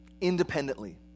Independently